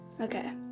Okay